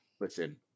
Listen